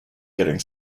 getting